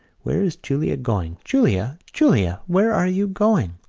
where is julia going? julia! julia! where are you going?